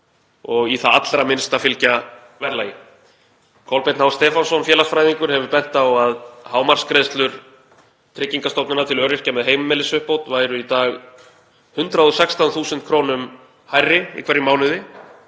og í það allra minnsta fylgja verðlagi. Kolbeinn H. Stefánsson félagsfræðingur hefur bent á að hámarksgreiðslur Tryggingastofnunar til öryrkja með heimilisuppbót væru í dag 116.000 kr. hærri í hverjum mánuði